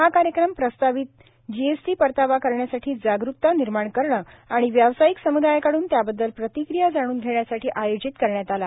हा कार्यक्रम प्रस्तावित जीएसटी परतावा करण्यासाठी जागरूकता निर्माण करणं आणि व्यवसायिक समुदायाकडून त्याबद्दल प्रतिक्रिया जाणून घेण्यासाठी आयोजित करण्यात आला